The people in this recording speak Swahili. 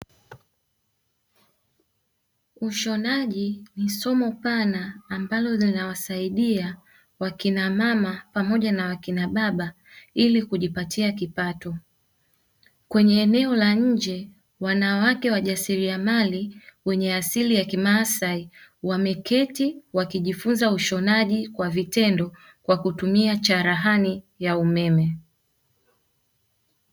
Ushonaji ni somo pana ambalo linawasaidia wakina mama pamoja na wakina baba ili kujipatia kipato. Kwenye eneo la nje, wanawake wajasiriamali wenye asili ya kimaasai wameketi wakijifunza ushonaji kwa vitendo kwa kutumia cherehani ya umeme.